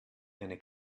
eine